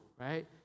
right